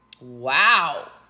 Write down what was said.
wow